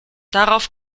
darauf